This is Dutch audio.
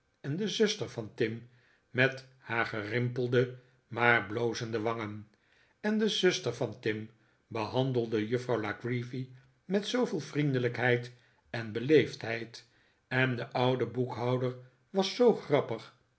en de zuster van tim met haar gerimpelde maar blozende wangen en de zuster van tim behandelde juffrouw la creevy met zooveel vriendelijkheid en beleefdheid en de oude boekhouder was zoo grappig